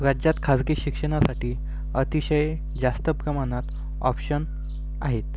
राज्यात खाजगी शिक्षणासाठी अतिशय जास्त प्रमाणात ऑप्शन आहेत